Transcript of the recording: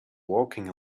walking